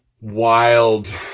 wild